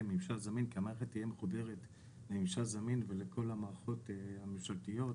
ממשל זמין במערכת שתהיה מחוברת אליה ולכל המערכות הממשלתית,